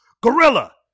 gorilla